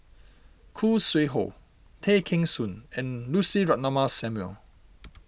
Khoo Sui Hoe Tay Kheng Soon and Lucy Ratnammah Samuel